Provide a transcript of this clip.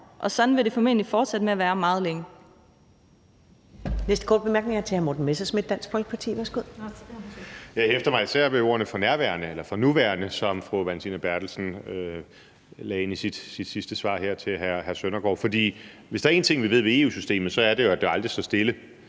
og sådan vil det formentlig fortsætte med at være meget længe.